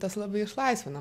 tas labai išlaisvina